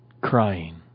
crying